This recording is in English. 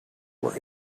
were